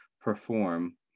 perform